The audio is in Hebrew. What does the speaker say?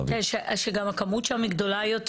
שגם הכמות שם היא גדולה יותר.